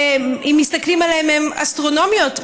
אם מסתכלים עליהן הן אסטרונומיות,